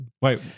Wait